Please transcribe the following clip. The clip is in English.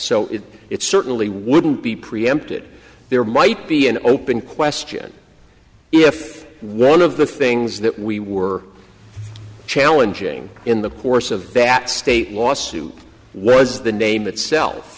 so it certainly wouldn't be preempted there might be an open question if one of the things that we were challenging in the course of that state lawsuit was the name itself